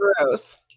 gross